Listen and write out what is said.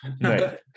Right